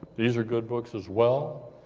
these are good books as well.